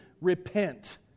repent